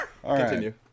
Continue